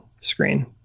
screen